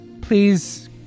please